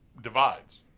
divides –